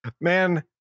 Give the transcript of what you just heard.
Man